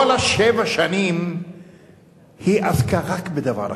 כל שבע השנים היא עסקה רק בדבר אחד,